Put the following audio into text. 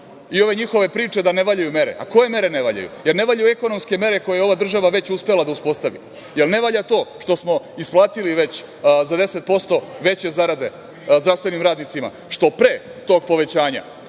i ove njihove priče da ne valjaju mere, a koje mere ne valjaju? Jel ne valjaju ekonomske mere koje je ova država već uspela da uspostavi? Jel ne valja to što smo isplatili već za 10% veće zarade zdravstvenim radnicima, što pre tog povećanja